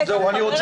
חבר הכנסת,